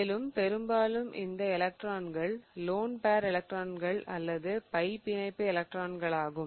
மேலும் பெரும்பாலும் இந்த எலக்ட்ரான்கள் லோன் பேர் எலக்ட்ரான்கள் அல்லது பை பிணைப்பு எலக்ட்ரான்கள் ஆகும்